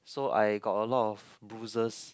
so I got a lot of bruises